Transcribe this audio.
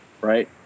right